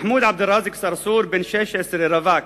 מחמוד עבד ראזק צרצור, בן 16, רווק,